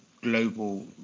global